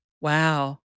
Wow